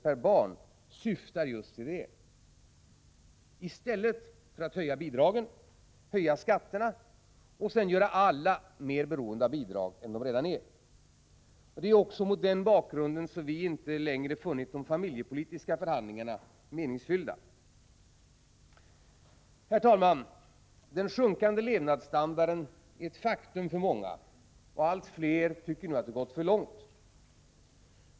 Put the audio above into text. per barn, syftar just till detta i stället för att höja bidragen, höja skatterna och göra alla mer beroende av bidrag än de redan är. Det är också mot denna bakgrund som vi inte längre funnit de familjepolitiska förhandlingarna meningsfyllda. Herr talman! Den sjunkande levnadsstandarden är ett faktum för många, och allt fler tycker nu att det har gått för långt.